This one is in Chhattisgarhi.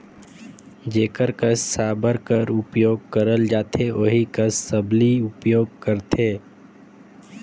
जेकर कस साबर कर उपियोग करल जाथे ओही कस सबली उपियोग करथे